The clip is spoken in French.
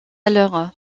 alors